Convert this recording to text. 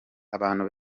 abantu